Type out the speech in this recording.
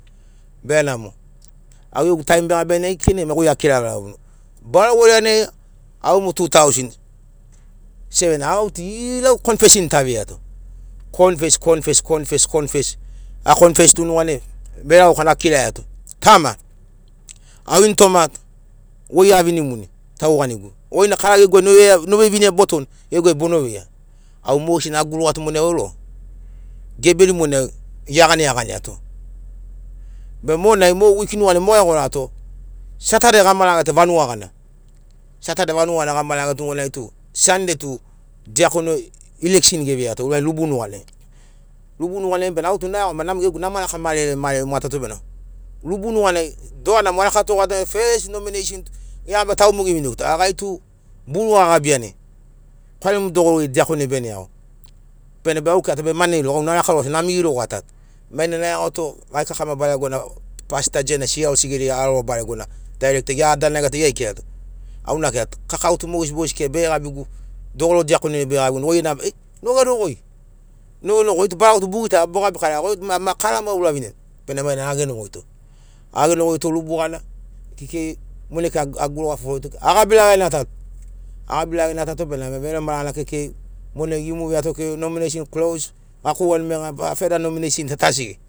Benamo au gegu taim begabigu kekei nai goi akiramuni barau goiranai au mo two thousand seven to ilau kofeshen ta aveiato konfes konfes knofes konfes a konfes to nuganai veregauka akiraiato tama au initoma goi avinimuni tauvanigu goina kara noveivinia botoni gegu ai bono veia au mogesina augurato monai vau geberi monai iagana eganiato be monai mo wiki nuganai moga egorato satadei gamarageto vanuga gana satadei vanuga gana gamarageto nuganai u sandei tu diakono ilectshen geveiato mai rubu nuganai bena au to naiagoma gegu nama raka marere marere mo atato bena rubu nuganai doana mo arakatogato bena feist nomineshen gegabiato au mo geviniguto a gai tu buru gagabiani kwalimurubu geri diakono ai bene iago bena au akirato man nai rogo au narakarosi namigi rogo atato mainana aiagoto gai kakama baregona deirecta gia adanagiato gia ekirato au na akiraiato kaka au tu mogesi mogesi kika bege gabigu dogoro diakono ai bege gabigu goi ei nogenogoi goi tu bara utu bogitaia bogabikaraia a goi tu ma kara ma ouraviniani bena mainana agenogoito agenogoito rubu gana kekei monai kika aguruga foforito agabirageani atato agabirageani atato benamo veremaragana kekei monai gemuviato kekei nomineshen close gakogani maiga feida nomineshen ta tu asigi.